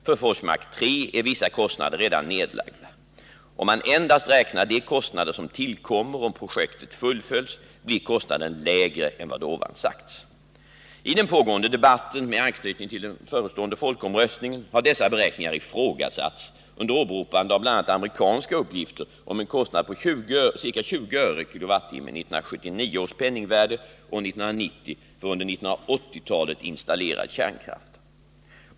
För Forsmark 3 är vissa kostnader redan nedlagda. Om man endast räknar de kostnader som tillkommer om projektet fullföljs blir kostnaden lägre än vad här sagts. I den pågående debatten med anknytning till den förestående folkomröstningen har dessa beräkningar ifrågasatts under åberopande av bl.a. amerikanska uppgifter om en kostnad på ca 20 öre/kWh i 1979 års penningvärde år 1990 för under 1980-talet installerad kärnkraft.